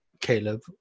Caleb